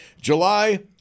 July